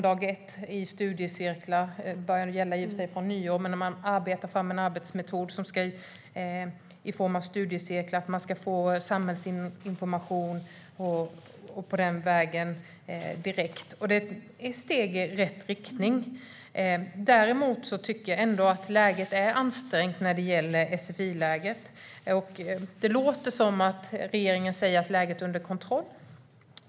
Det börjar gälla från nyår. Man arbetar fram en arbetsmetod med studiecirklar där människor från dag ett ska få direkt samhällsinformation. Det är ett steg i rätt riktning. Däremot är läget ansträngt när det gäller sfi. Det låter som att regeringen säger att läget är under kontroll.